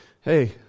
hey